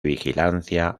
vigilancia